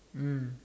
mm